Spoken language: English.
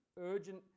urgent